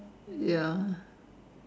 ya